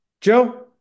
Joe